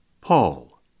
Paul